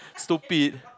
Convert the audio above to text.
stupid